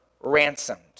ransomed